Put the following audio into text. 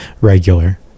regular